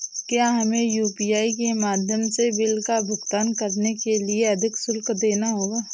क्या हमें यू.पी.आई के माध्यम से बिल का भुगतान करने के लिए अधिक शुल्क देना होगा?